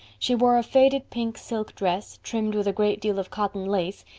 she wore a faded pink silk dress, trimmed with a great deal of cotton lace,